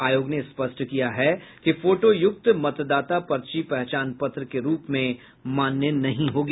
आयोग ने स्पष्ट किया है कि फोटोयुक्त मतदाता पर्ची पहचान पत्र के रूप में मान्य नहीं होगी